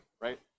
right